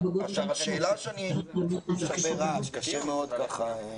יש הרבה רעש, קשה מאוד ככה.